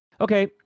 Okay